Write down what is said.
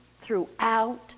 throughout